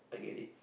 I get it